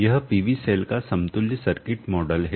यह PV cell का समतुल्य सर्किट मॉडल है